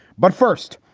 but first,